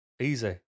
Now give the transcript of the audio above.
easy